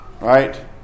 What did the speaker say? right